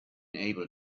able